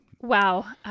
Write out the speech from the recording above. Wow